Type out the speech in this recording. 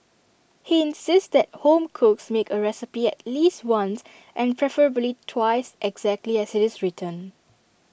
he insists that home cooks make A recipe at least once and preferably twice exactly as IT is written